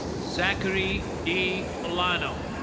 zachary d milano.